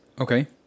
Okay